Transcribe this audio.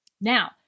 now